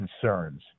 concerns